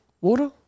water